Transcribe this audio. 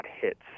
hits